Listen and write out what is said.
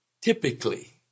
Typically